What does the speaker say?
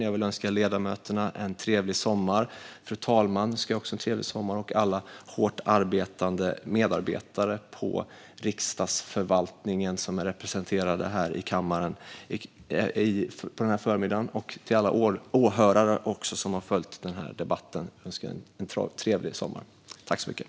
Jag vill också önska en trevlig sommar till ledamöterna, till fru talmannen, till alla hårt arbetande medarbetare i Riksdagsförvaltningen som är representerade här i kammaren denna förmiddag och till alla åhörare som har följt debatten. Svar på interpellationer